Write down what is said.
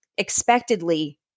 expectedly